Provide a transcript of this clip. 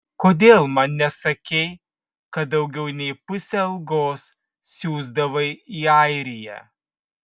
kodėl man nesakei kad daugiau nei pusę algos siųsdavai į airiją